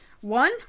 one